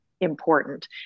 important